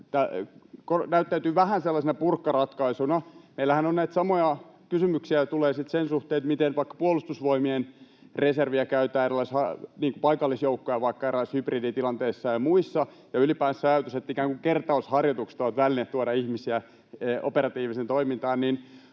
tämä näyttäytyy vähän sellaisena purkkaratkaisuna. Meillähän näitä samoja kysymyksiä tulee sitten sen suhteen, miten vaikka Puolustusvoimien reserviä käytetään, paikallisjoukkoja vaikka erilaisissa hybriditilanteissa ja muissa, ja ylipäänsä sen ajatuksen suhteen, että kertausharjoitukset ovat ikään kuin väline tuoda ihmisiä operatiiviseen toimintaan.